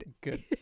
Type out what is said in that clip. Good